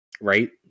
Right